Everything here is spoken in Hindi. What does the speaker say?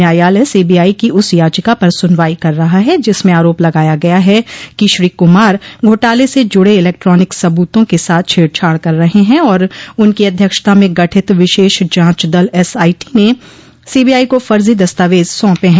न्यायालय सीबीआई की उस याचिका पर सुनवाई कर रहा है जिसमें आरोप लगाया गया है कि श्री कुमार घोटाले से जुड़े इलेक्ट्रॉनिक सबूतों के साथ छेड़छाड़ कर रहे हैं और उनकी अध्यक्षता में गठित विशेष जांच दल एसआईटी ने सीबीआइ को फर्जा दस्तावेज सौंपे हैं